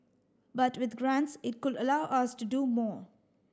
but with grants it could allow us to do more